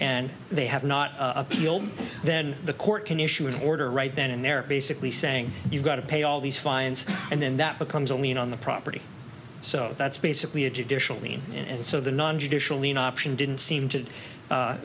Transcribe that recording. and they have not appealed then the court can issue an order right then and they're basically saying you've got to pay all these fines and then that becomes a lien on the property so that's basically a judicial lien and so the non judicial lien option didn't seem to